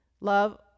Love